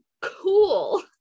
cool